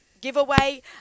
giveaway